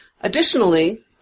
Additionally